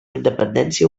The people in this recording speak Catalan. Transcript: independència